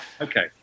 Okay